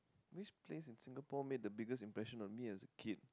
which place in Singapore made the biggest impression on me as a kid